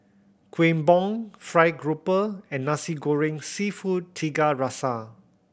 Kueh Bom fried grouper and Nasi Goreng Seafood Tiga Rasa